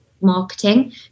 marketing